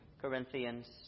Corinthians